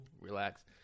relax